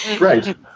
Right